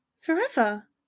Forever